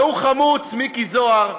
והוא חמוץ, מיקי זוהר,